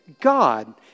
God